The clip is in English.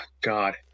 God